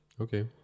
Okay